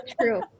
True